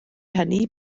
hynny